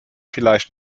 vielleicht